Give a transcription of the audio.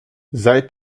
seit